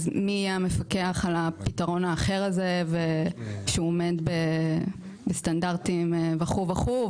אז מי יהיה המפקח על הפתרון האחר הזה ושהוא עומד בסטנדרטים וכו' וכו.